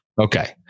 Okay